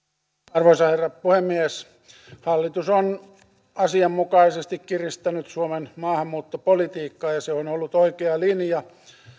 arvoisa herra puhemies hallitus on asianmukaisesti kiristänyt suomen maahanmuuttopolitiikkaa ja se on on ollut oikea linja